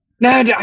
No